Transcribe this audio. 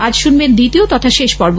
আজ শুনবেন দ্বিতীয় তথা শেষ পর্ব